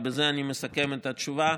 ובזה אני מסכם את התשובה,